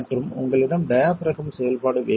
மற்றும் உங்களிடம் டியபிறகம் செயல்பாடு வேண்டும்